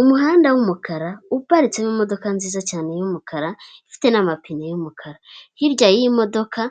Umuhanda w'umukara uparitsemo imodoka nziza cyane y'umukara ifite n'amapine y'umukara, hirya y'iyimodoka